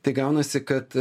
tai gaunasi kad